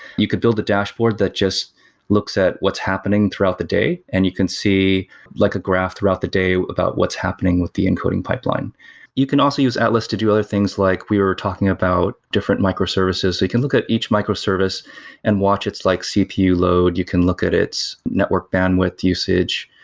you could build a dashboard that just looks at what's happening throughout the day and you can see like a graph throughout the day about what's happening with the encoding pipeline you can also use atlas to do other things, like we were talking about different microservices. you can look at each microservice and watch its like cpu load. you can look at its network bandwidth usage,